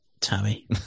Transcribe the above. Tammy